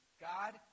God